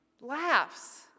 laughs